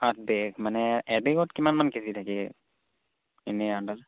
আঠ বেগ মানে এবেগত কিমানমান কে জি থাকে এনে আন্দাজত